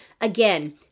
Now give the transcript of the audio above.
Again